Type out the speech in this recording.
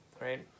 right